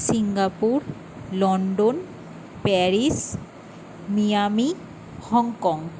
Singapore London Paris Miami Hong Kong